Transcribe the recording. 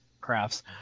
crafts